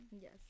Yes